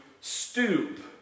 stoop